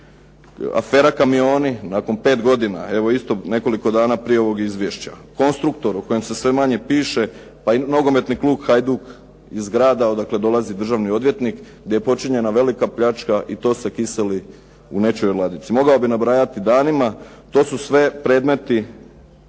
Afera "kamioni" nakon pet godina, evo isto nekoliko dana prije ovog izvješća. "Konstruktor" o kojem se sve manje piše, pa i nogometni klub "Hajduk" iz grada odakle dolazi državni odvjetnik gdje je počinjena velika pljačka i to se kiseli u nečijoj ladici. Mogao bih nabrajati danima. To su sve predmeti